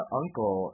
uncle